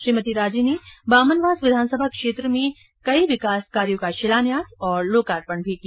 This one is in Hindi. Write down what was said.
श्रीमती राजे ने बामनवास विधानसभा क्षेत्र में कई विकास कार्यो का शिलान्यास और उदघाटन भी किया